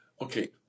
okay